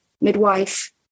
midwife